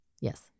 Yes